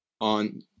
on